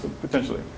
Potentially